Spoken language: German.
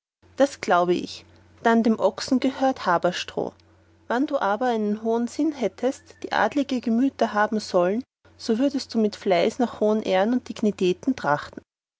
das glaube ich dann dem ochsen gehöret haberstroh wann du aber einen hohen sinn hättest wie adelige gemüter haben sollen so würdest du mit fleiß nach hohen ehren und dignitäten trachten